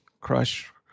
crush